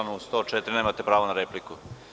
Nemate pravo na repliku.